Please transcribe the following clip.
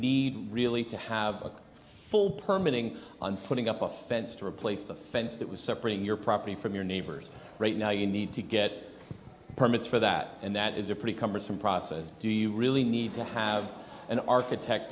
e really to have a full permuting on putting up a fence to replace the fence that was separating your property from your neighbor's right now you need to get permits for that and that is a pretty cumbersome process do you really need to have an architect